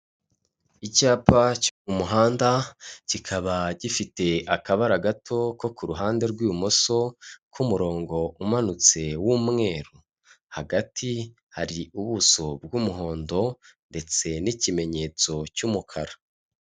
Icyapa cy'umuhanda kikaba gifite akabara gato ko ku ruhande rw'ibumoso k'umurongo umanutse w'umweru, hagati hari ubuso bw'umuhondo ndetse n'ikimenyetso cy'umukara.